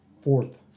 fourth